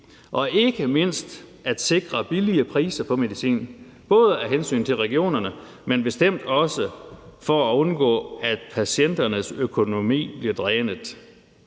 og ikke mindst at sikre billige priser på medicin, både af hensyn til regionerne, men bestemt også for at undgå, at patienternes økonomi bliver drænet.